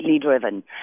driven